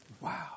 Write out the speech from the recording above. Wow